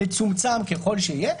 מצומצם ככל שיהיה,